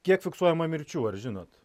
kiek fiksuojama mirčių ar žinot